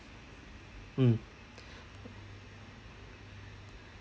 mm